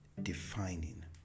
defining